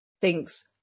thinks